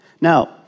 Now